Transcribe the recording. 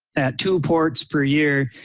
at two ports per year.